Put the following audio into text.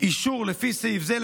אישור לפי סעיף זה,